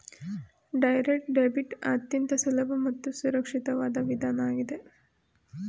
direct debit ಅತ್ಯಂತ ಸುಲಭ ಮತ್ತು ಸುರಕ್ಷಿತವಾದ ವಿಧಾನ ಆಗಿದೆ